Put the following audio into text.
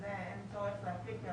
זה אין צורך להקריא.